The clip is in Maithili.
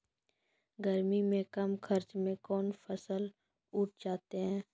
गर्मी मे कम खर्च मे कौन फसल उठ जाते हैं?